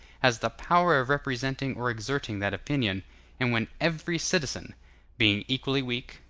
has the power of representing or exerting that opinion and when every citizen being equally weak,